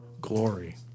glory